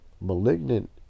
Malignant